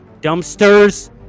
dumpsters